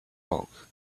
bulk